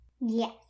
Yes